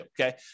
okay